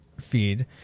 feed